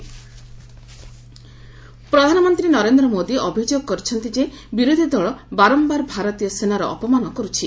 PM Pitroda ପ୍ରଧାନମନ୍ତ୍ରୀ ନରେନ୍ଦ୍ର ମୋଦି ଅଭିଯୋଗ କରିଛନ୍ତି ଯେ ବିରୋଧୀ ଦଳ ବାରମ୍ଭାର ଭାରତୀୟ ସେନାର ଅପମାନ କର୍ରଛି